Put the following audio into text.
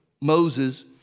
Moses